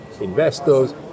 investors